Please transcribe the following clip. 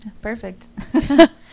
Perfect